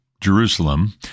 Jerusalem